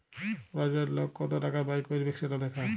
রজ রজ লক কত টাকা ব্যয় ক্যইরবেক সেট দ্যাখা